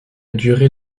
durée